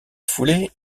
foulée